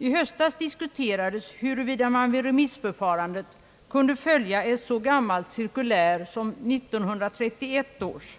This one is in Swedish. I höstas diskuterades huruvida man vid remissförfarandet skulle följa ett så gammalt cirkulär som 1931 års.